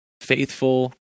faithful